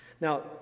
Now